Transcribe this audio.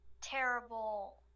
Terrible